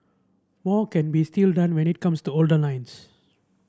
more can be still done when it comes to older lines